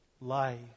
life